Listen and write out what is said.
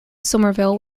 somerville